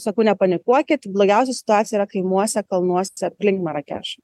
sakau nepanikuokit blogiausia situacija yra kaimuose kalnuose aplink marakešą